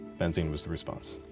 benzene was the response.